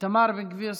איתמר בן גביר,